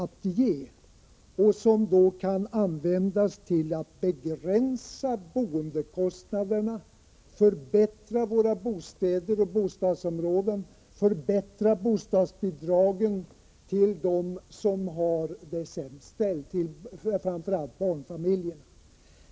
Dessa pengar kan användas till att begränsa boendekostnaderna, förbättra våra bostäder och bostadsområden samt höja bostadsbidragen till dem som har det sämst ställt, framför allt barnfamiljerna.